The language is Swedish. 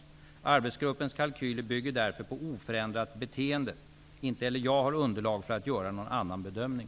Arbetsgruppens kalkyler bygger därför på oförändrat beteende. Inte heller jag har underlag för att göra någon annan bedömning.